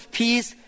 peace